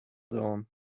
dawn